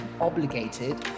obligated